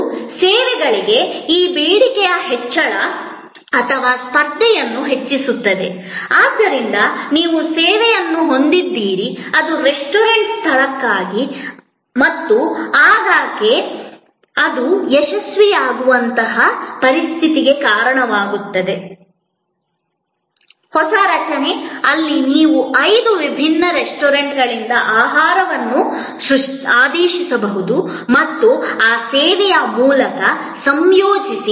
ಮತ್ತು ಸೇವೆಗಳಿಗೆ ಈ ಬೇಡಿಕೆಯ ಹೆಚ್ಚಳ ಅಥವಾ ಸ್ಪರ್ಧೆಯನ್ನು ಹೆಚ್ಚಿಸುತ್ತದೆ ಆದ್ದರಿಂದ ನೀವು ಸೇವೆಯನ್ನು ಹೊಂದಿದ್ದೀರಿ ಅದು ರೆಸ್ಟೋರೆಂಟ್ ಸ್ಥಳಕ್ಕಾಗಿ ಮತ್ತು ಆಗಾಗ್ಗೆ ಅದು ಯಶಸ್ವಿಯಾಗುವಂತಹ ಪರಿಸ್ಥಿತಿಗೆ ಕಾರಣವಾಗುತ್ತದೆ ಹೊಸ ರಚನೆ ಅಲ್ಲಿ ನೀವು ಐದು ವಿಭಿನ್ನ ರೆಸ್ಟೋರೆಂಟ್ನಿಂದ ಆಹಾರವನ್ನು ಆದೇಶಿಸಬಹುದು ಮತ್ತು ಆ ಸೇವೆಯ ಮೂಲಕ ಸಂಯೋಜಿಸಿ